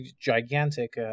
gigantic